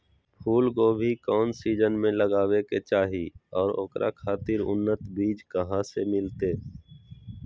फूलगोभी कौन सीजन में लगावे के चाही और ओकरा खातिर उन्नत बिज कहा से मिलते?